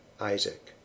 Isaac